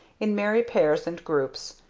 in merry pairs and groups,